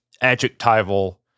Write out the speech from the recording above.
adjectival